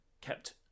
kept